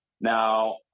Now